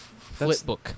Flipbook